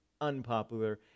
unpopular